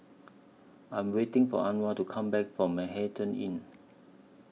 I Am waiting For Anwar to Come Back from Manhattan Inn